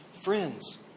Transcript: Friends